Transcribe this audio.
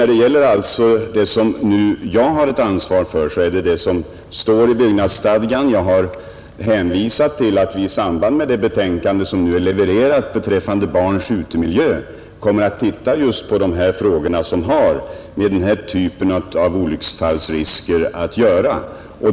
Till civildepartementets ansvarsområde hör byggnadsstadgan. Jag har hänvisat till att vi i samband med det betänkande som nu är levererat beträffande barns utemiljö kommer att se på just de frågor som har med denna typ av olycksfallsrisker att göra.